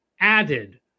added